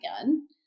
again